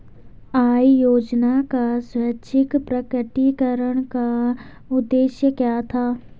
आय योजना का स्वैच्छिक प्रकटीकरण का उद्देश्य क्या था?